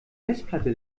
festplatte